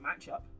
matchup